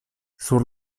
sur